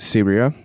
Syria